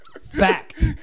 Fact